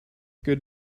good